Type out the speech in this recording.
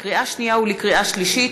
לקריאה שנייה ולקריאה שלישית: